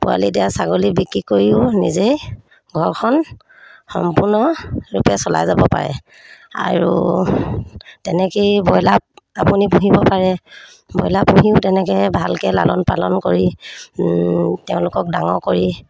পোৱালি দিয়া ছাগলী বিক্ৰী কৰিও নিজেই ঘৰখন সম্পূৰ্ণৰূপে চলাই যাব পাৰে আৰু তেনেকৈয়ে ব্ৰইলাৰ আপুনি পুহিব পাৰে ব্ৰইলাৰ পুহিও তেনেকৈ ভালকৈ লালন পালন কৰি তেওঁলোকক ডাঙৰ কৰি